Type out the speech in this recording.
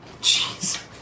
Jeez